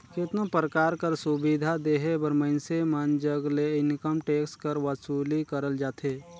केतनो परकार कर सुबिधा देहे बर मइनसे मन जग ले इनकम टेक्स कर बसूली करल जाथे